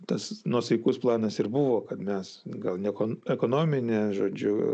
tas nuosaikus planas ir buvo kad mes gal ne ekonominę žodžiu